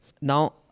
Now